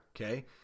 okay